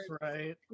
right